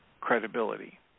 credibility